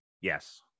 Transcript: Yes